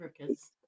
workers